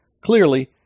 Clearly